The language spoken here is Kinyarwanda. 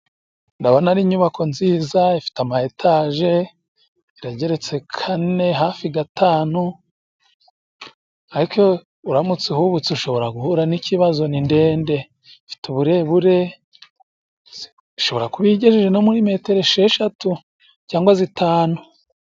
Ndabona ari inyubako nziza ifite ama etaje, yageretse kane hafi gatanu, ariko uramutse uhubutse ushobora guhura n'ikibazo. Ni ndende ifite uburebure, ishobora kuba igejeje no muri metero esheshatu cyangwa zitanu.